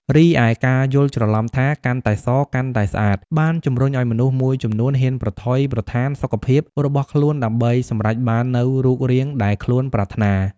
រីឯការយល់ច្រឡំថា "កាន់តែស កាន់តែស្អាត" បានជំរុញឱ្យមនុស្សមួយចំនួនហ៊ានប្រថុយប្រថានសុខភាពរបស់ខ្លួនដើម្បីសម្រេចបាននូវរូបរាងដែលខ្លួនប្រាថ្នា។